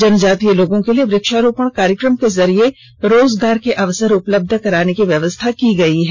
जनजातीय लोगों के लिए वक्षारोपण कार्यक्रम के जरिए रोजगार के अवसर उपलब्ध कराने की व्यवस्था की गयी है